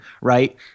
right